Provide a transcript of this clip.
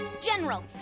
general